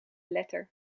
letter